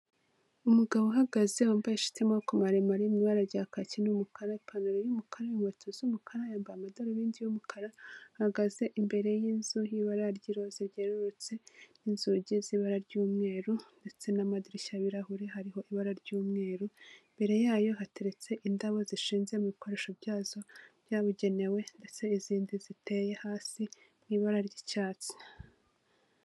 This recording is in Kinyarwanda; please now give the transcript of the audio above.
Umugabo uhagaze wambaye ishiti y'amaboko maremare mu ibara rya kaki n'umukara, ipantaro y'umukara, inkweto z'umukara yambaye amadarubindi y'umukara, ahagaze imbere y'inzu y'ibara ry'iroze ryerurutse, inzugi z'ibara ry'umweru ndetse n'amadirishya y'ibirahure hariho ibara ry'umweru, imbere yayo hateretse indabo zishinze mubikoresho byazo byabugenewe ndetse n'izindi ziteye hasi mu ibara ry'icyatsi.